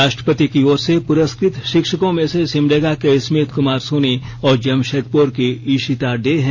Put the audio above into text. राष्ट्रपति की ओर से पुरस्कृत शिक्षकों में से सिमडेगा के स्मिथ क्मार सोनी और जमशेदपुर की इशिता डे हैं